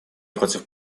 против